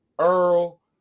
Earl